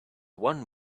one